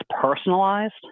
personalized